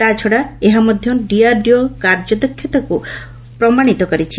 ତାଛଡା ଏହା ମଧ୍ୟ ଡିଆରଡିଓ କାର୍ଯ୍ୟକ୍ଷମତାକୁ ପ୍ରମାଣିତ କରିଛି